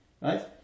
right